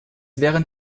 während